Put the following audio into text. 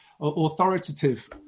authoritative